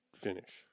finish